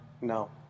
No